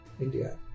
India